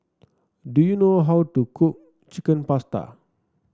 do you know how to cook Chicken Pasta